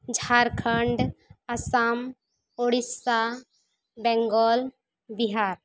Jharkhand Assam Orissa Bengal Bihar